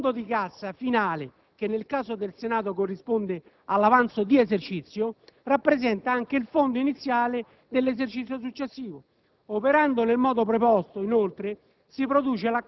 In un sistema contabile aziendale, infatti, il fondo di cassa finale (che nel caso del Senato corrisponde all'avanzo di esercizio) rappresenta anche il fondo iniziale dell'esercizio successivo.